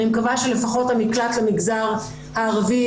אני מקווה שלפחות המקלט למגזר הערבי